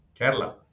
Kerala